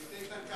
את איתן כבל כן.